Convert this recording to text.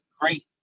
great